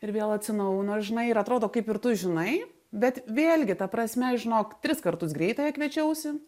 ir vėl atsinaujino žinai ir atrodo kaip ir tu žinai bet vėlgi ta prasme žinok tris kartus greitąją kviečiausi